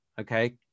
okay